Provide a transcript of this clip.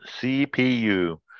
CPU